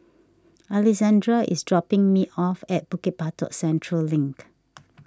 Alexandra is dropping me off at Bukit Batok Central Link